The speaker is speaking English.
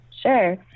Sure